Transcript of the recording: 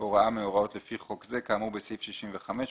הוראה מההוראות לפי חוק זה כאמור בסעיף 65,